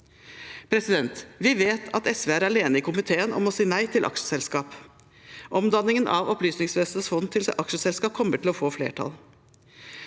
Vi vet at SV er alene i komiteen om å si nei til aksjeselskap. Omdanningen av Opplysningsvesenets fond til aksjeselskap kommer til å få flertall.